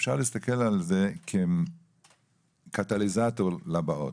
ואפשר להסתכל על זה כקטליזטור לבאות.